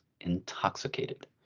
intoxicated